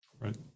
Right